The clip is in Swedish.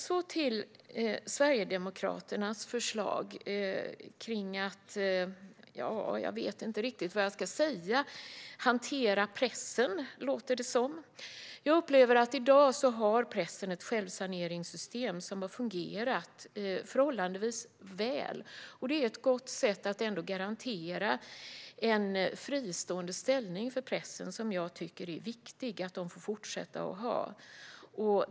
Så till Sverigedemokraternas förslag om att - ja, jag vet inte riktigt vad jag ska säga - hantera pressen, låter det som. Jag upplever att pressen i dag har ett självsaneringssystem som fungerar förhållandevis väl. Det är ett gott sätt att ändå garantera en fristående ställning för pressen som jag tycker är viktig att den får fortsätta att ha.